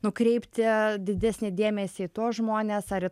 nukreipti didesnį dėmesį į tuos žmones ar